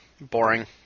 Boring